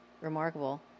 remarkable